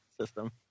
system